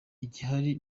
igihari